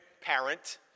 parent